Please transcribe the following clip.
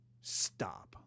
Stop